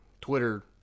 Twitter